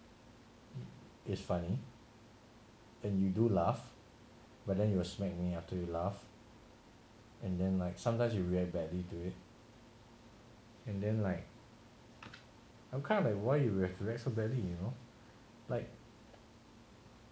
it's funny and you do laugh but then you will smack me after you laugh and then like sometimes you were badly to it and then like I'm kind of like why you would have react so badly you know like